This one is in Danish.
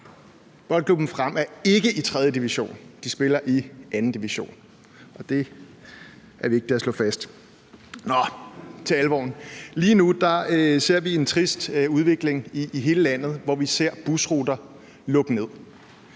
Boldklubben Frem er ikke i tredje division – de spiller i anden division. Det er vigtigt at slå fast. Så til det alvorlige. Lige nu ser vi en trist udvikling i hele landet med busruter, der lukkes ned.